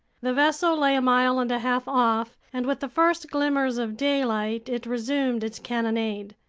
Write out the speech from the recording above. the vessel lay a mile and a half off, and with the first glimmers of daylight, it resumed its cannonade.